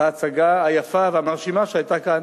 בהצגה היפה והמרשימה שהיתה כאן,